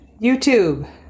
YouTube